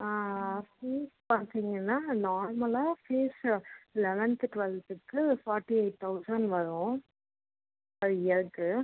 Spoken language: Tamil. ஃபீஸ் பார்த்தீங்கன்னா நார்மலாக ஃபீஸ்ஸு லெவன்த்து டுவெல்த்துக்கு ஃபார்ட்டி எயிட் தெளசன்ட் வரும் பெர் இயர்க்கு